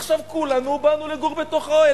עכשיו כולנו באנו לגור בתוך אוהל,